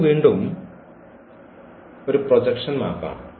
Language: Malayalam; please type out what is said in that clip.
ഇത് വീണ്ടും ഒരു പ്രൊജക്ഷൻ മാപ്പ് ആണ്